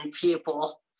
people